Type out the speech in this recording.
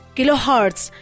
Kilohertz